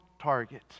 target